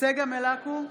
צגה מלקו,